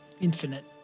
Infinite